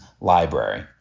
library